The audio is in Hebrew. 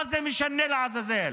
מה זה משנה לעזאזל?